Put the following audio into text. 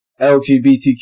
LGBTQ